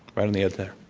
right on the end there.